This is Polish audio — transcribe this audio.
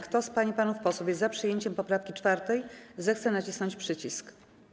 Kto z pań i panów posłów jest za przyjęciem poprawki 4., zechce nacisnąć przycisk.